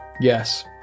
Yes